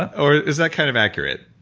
or is that kind of accurate?